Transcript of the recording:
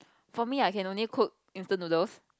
for me I can only cook instant noodles